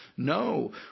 No